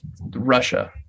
Russia